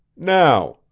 now,